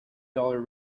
dollar